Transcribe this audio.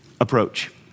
approach